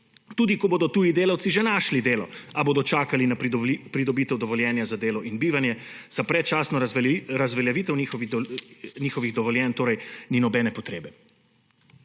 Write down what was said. tudi, ko bodo tuji delavci že našli delo, a bodo čakali na pridobitev dovoljenja za delo in bivanje. Za predčasno razveljavitev njihovih dovoljenj torej ni nobene potrebe.